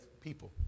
people